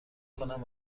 کنم